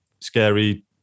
scary